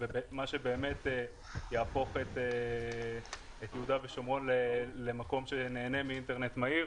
מה שבאמת יהפוך את יהודה ושומרון למקום שנהנה מאינטרנט מהיר,